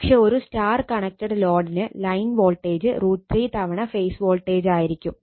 പക്ഷെ ഒരു Y connected ലോഡിന് ലൈൻ വോൾട്ടേജ് √ 3 തവണ ഫേസ് വോൾട്ടേജ് ആയിരിക്കും